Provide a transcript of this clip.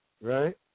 Right